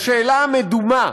לשאלה המדומה,